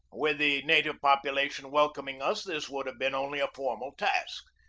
with the native population welcoming us this would have been only a formal task.